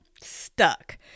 stuck